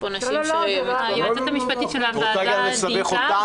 היועצת המשפטית של הוועדה דייקה,